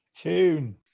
Tune